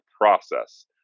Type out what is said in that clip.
process